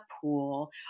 pool